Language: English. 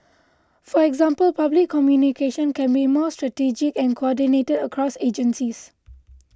for example public communication can be more strategic and coordinated across agencies